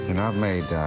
and not made.